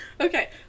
okay